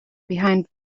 behind